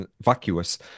vacuous